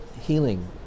healing